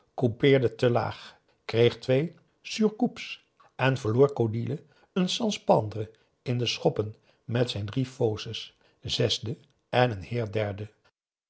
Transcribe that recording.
coupeerde te laag kreeg twee surcoupes en verloor codille een sans prendre in de schoppen met drie fausses zesde en een heer derde